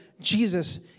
Jesus